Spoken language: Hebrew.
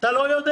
אתה לא יודע.